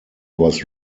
was